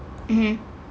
(uh huh)